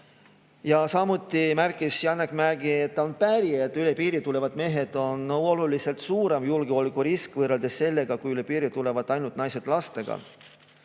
Samuti märkis Janek Mägi, et ta on päri, et üle piiri tulevad mehed on oluliselt suurem julgeolekurisk võrreldes sellega, kui üle piiri tulevad ainult naised lastega.